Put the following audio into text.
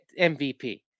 MVP